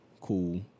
Cool